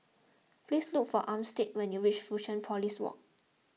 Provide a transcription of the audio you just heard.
please look for Armstead when you reach Fusionopolis Walk